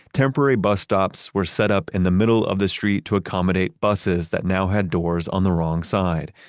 temporary bus stops were set up in the middle of the street to accommodate buses that now had doors on the wrong side.